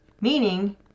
Meaning